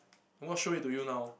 I'm going to show it to you now